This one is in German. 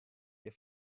ihr